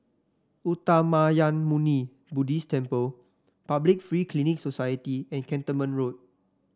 Uttamayanmuni Buddhist Temple Public Free Clinic Society and Cantonment Road